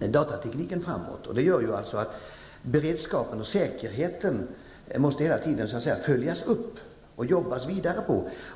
datatekniken framåt, och det innebär att beredskapen och säkerheten hela tiden måste följas upp och arbetas vidare med.